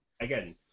again